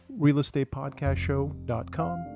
realestatepodcastshow.com